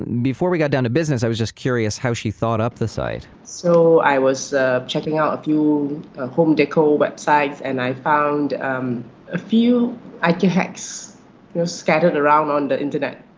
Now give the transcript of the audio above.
before we got down to business, i was just curious how she thought up the site so, i was ah checking out a few home decor websites, and i found um a few ikea hacks scattered around on the internet.